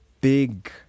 big